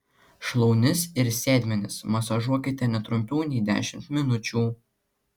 šlaunis ir sėdmenis masažuokite ne trumpiau nei dešimt minučių